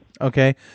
Okay